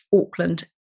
Auckland